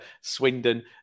Swindon